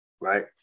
Right